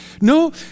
No